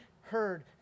heard